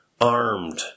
armed